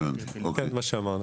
כמו שאמרנו.